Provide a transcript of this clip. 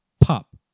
pop